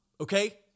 okay